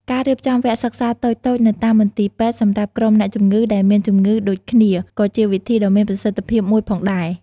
ការរៀបចំវគ្គសិក្សាតូចៗនៅតាមមន្ទីរពេទ្យសម្រាប់ក្រុមអ្នកជំងឺដែលមានជំងឺដូចគ្នាក៏ជាវិធីដ៏មានប្រសិទ្ធភាពមួយផងដែរ។